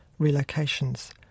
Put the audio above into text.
relocations